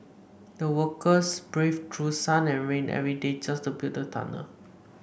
the workers braved through sun and rain every day just to build the tunnel